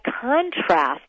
contrast